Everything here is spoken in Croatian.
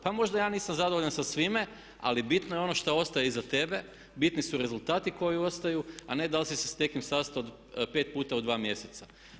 Pa možda ja nisam zadovoljan sa svime, ali bitno je ono šta ostaje iza tebe, bitni su rezultati koji ostaju, a ne da li si se sa nekim sastao pet puta u dva mjeseca.